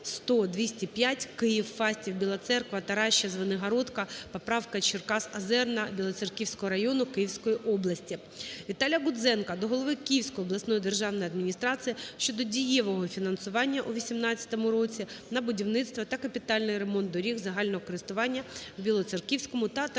ВіталіяГудзенка до голови Київської обласної державної адміністрації щодо дієвого фінансування у 2018 році на будівництво та капітальний ремонт доріг загального користування в Білоцерківському та Таращанському